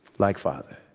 like father.